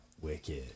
wicked